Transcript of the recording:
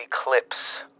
eclipse